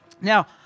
Now